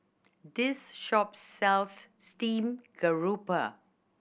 this shop sells steamed garoupa